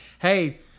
hey